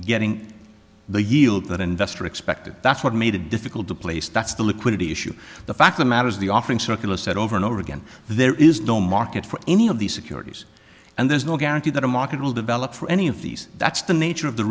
getting the yield that investor expected that's what made it difficult to place that's the liquidity issue the fact the matter is the offering circular said over and over again there is no market for any of these securities and there's no guarantee that the market will develop for any of these that's the nature of the